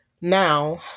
now